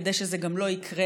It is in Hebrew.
כדי שזה גם לא יקרה,